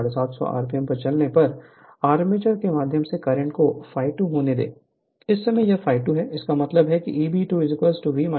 750 RPM पर चलने पर आर्मेचर के माध्यम से करंट को∅2 होने दें उस समय यह ∅2 है इसका मतलब है Eb2 V ∅2 ra होगा